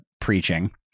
preaching